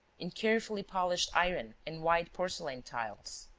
in carefully-polished iron and white porcelain tiles.